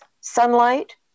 Sunlight